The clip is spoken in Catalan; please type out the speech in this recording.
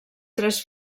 tres